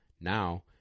Now